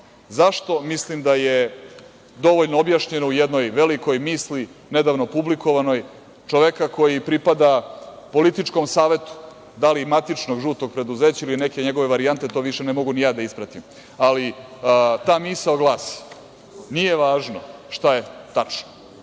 Mislim da je dovoljno objašnjeno u jednoj velikoj misli, nedavno publikovanog čoveka koji pripada političkom savetu. Da li matičnom žutom preduzeću ili neke njegove varijante, to više ne mogu ni ja da ispratim, ali ta misao glasi – nije važno šta je tačno,